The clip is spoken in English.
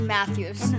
Matthews